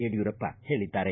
ಯಡಿಯೂರಪ್ಪ ಹೇಳಿದ್ದಾರೆ